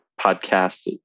podcast